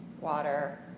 water